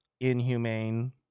inhumane